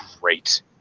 great